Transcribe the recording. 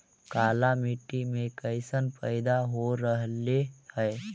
काला मिट्टी मे कैसन पैदा हो रहले है?